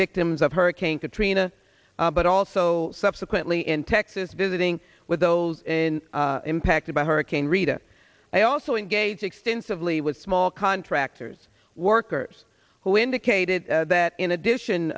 victims of hurricane katrina but also subsequently in texas visiting with those impacted by hurricane rita i also engaged extensively with small contractors workers who indicated that in addition